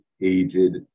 aged